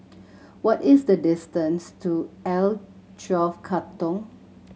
what is the distance to L Twelve Katong